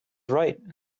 right